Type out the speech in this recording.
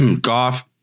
Goff